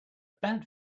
bad